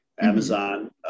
Amazon